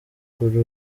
kuri